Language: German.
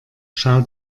schau